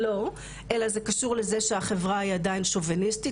אלא זה קשור לזה שהחברה היא עדיין שוביניסטית,